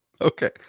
Okay